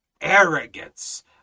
arrogance